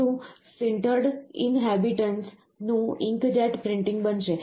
ત્રીજું sintered inhabitants નું inkjet printing બનશે